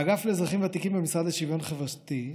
באגף לאזרחים ותיקים במשרד לשוויון חברתי,